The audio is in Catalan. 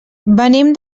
venim